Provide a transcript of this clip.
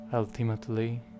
ultimately